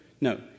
No